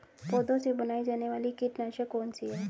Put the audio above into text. पौधों से बनाई जाने वाली कीटनाशक कौन सी है?